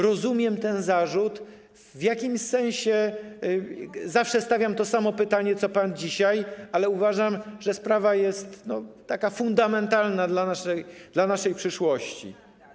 Rozumiem ten zarzut, w jakimś sensie zawsze stawiam to samo pytanie, co pan dzisiaj, ale uważam, że sprawa jest fundamentalna dla naszej przyszłości.